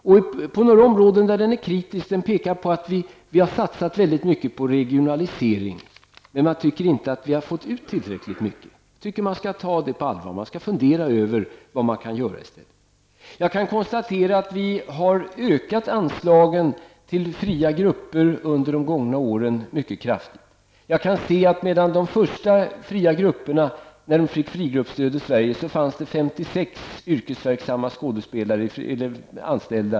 Man pekar i rapporten på att vi har satsat väldigt mycket på regionalisering, men man tycker inte att vi har fått ut tillräckligt mycket. Man skall enligt min uppfattning ta detta på allvar, och man skall fundera över vad som kan göras i stället. Jag kan konstatera att vi under de gångna åren mycket kraftigt har ökat anslagen till fria grupper. När de första fria grupperna i Sverige fick sitt frigruppsstöd fanns det där 56 yrkesverksamma skådespelare anställda.